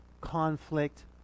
conflict